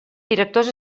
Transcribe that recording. directors